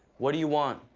what do you want?